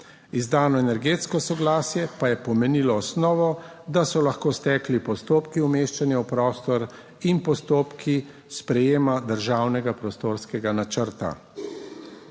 Izdano energetsko soglasje pa je pomenilo osnovo, da so lahko stekli postopki umeščanja v prostor in postopki sprejema državnega prostorskega načrta.